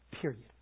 period